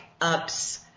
ups